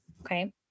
Okay